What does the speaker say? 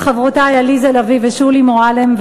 את חברותי עליזה לביא ושולי מועלם,